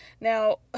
Now